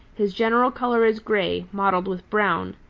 his general color is gray, mottled with brown.